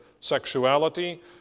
sexuality